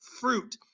fruit